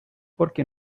porque